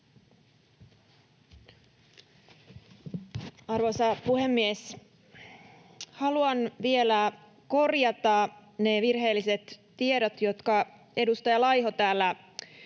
Arvoisa puhemies! Haluan vielä korjata ne virheelliset tiedot, jotka edustaja Laiho täällä